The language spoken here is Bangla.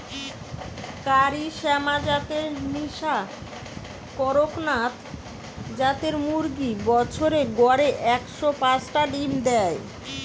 কারি শ্যামা জাতের মিশা কড়কনাথ জাতের মুরগি বছরে গড়ে একশ পাচটা ডিম দেয়